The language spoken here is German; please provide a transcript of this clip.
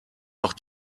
auch